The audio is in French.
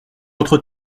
autre